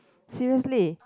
seriously